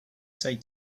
say